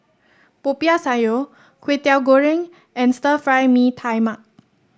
Popiah Sayur Kway Teow Goreng and Stir Fry Mee Tai Mak